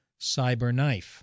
CyberKnife